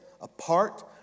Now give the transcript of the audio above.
apart